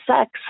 sex